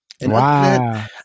Wow